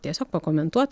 tiesiog pakomentuot